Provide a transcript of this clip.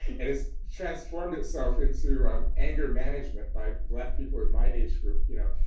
and has transformed itself into um anger management by black people in my age group, you know?